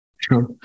Sure